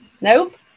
Nope